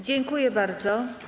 Dziękuję bardzo.